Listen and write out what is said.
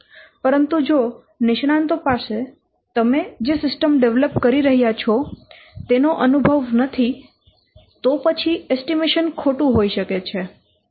પરંતુ જો નિષ્ણાંતો પાસે તમે જે સિસ્ટમ ડેવલપ કરી રહ્યા છો તેનો અનુભવ નથી તો પછી એસ્ટીમેશન ખોટું હોય શકે છે